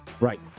right